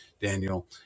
Daniel